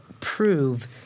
prove